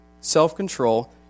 self-control